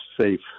safe